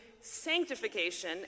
sanctification